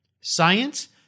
science